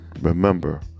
remember